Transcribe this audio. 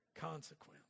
consequence